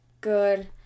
good